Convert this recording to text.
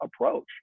approach